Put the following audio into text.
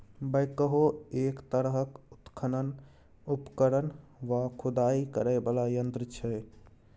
backhoe एक तरहक उत्खनन उपकरण वा खुदाई करय बला यंत्र छै